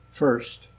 First